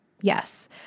Yes